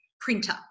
printer